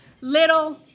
little